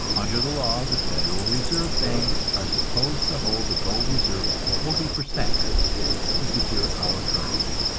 under the law, the federal reserve banks are supposed to hold a gold reserve of forty percent to secure our currency.